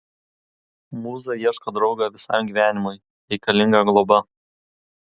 mūza ieško draugo visam gyvenimui reikalinga globa